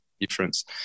difference